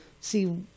see